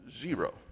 zero